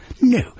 No